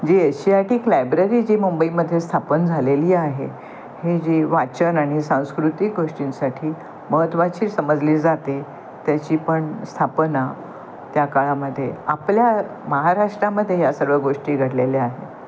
जी Asiatic library जी मुंबईमध्ये स्थापन झालेली आहे हे जी वाचन आणि सांस्कृतिक गोष्टींसाठी महत्त्वाची समजली जाते त्याची पण स्थापना त्या काळामध्ये आपल्या महाराष्ट्रामध्ये या सर्व गोष्टी घडलेल्या आहे